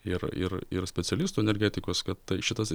ir ir ir specialistų energetikos kad tai šitas